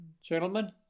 gentlemen